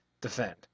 defend